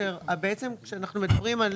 כשאנחנו מדברים על